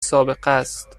سابقست